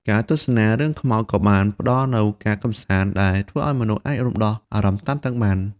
ការទស្សនារឿងខ្មោចក៏បានផ្តល់នូវការកម្សាន្តដែលធ្វើឲ្យមនុស្សអាចរំដោះអារម្មណ៍តានតឹងបាន។